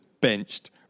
benched